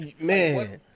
Man